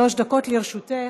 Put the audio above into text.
בבקשה, שלוש דקות לרשותך.